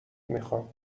میخام